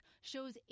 shows